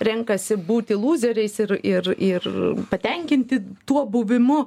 renkasi būti lūzeriais ir ir ir patenkinti tuo buvimu